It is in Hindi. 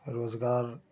रोज़गार